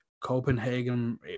Copenhagen